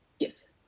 Yes